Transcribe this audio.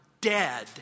dead